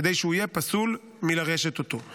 כדי שהוא יהיה פסול מלרשת אותו.